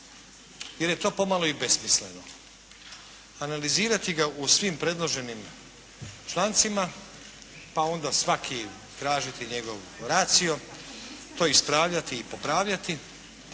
jer je to pomalo i besmisleno. Analizirati ga u svim predloženim člancima pa onda svaki tražiti njegov ratio, to ispravljati i popravljati